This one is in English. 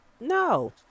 no